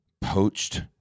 Poached